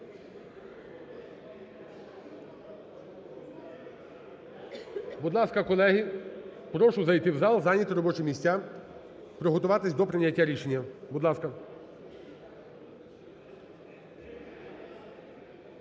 Будь ласка, колеги, прошу зайти в зал, зайняти робочі місця, приготуватися до прийняття рішення, будь ласка.